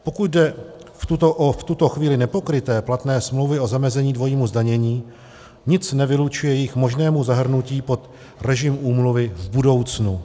Pokud jde o v tuto chvíli nepokryté platné smlouvy o zamezení dvojímu zdanění, nic nevylučuje jejich možné zahrnutí pod režim úmluvy v budoucnu.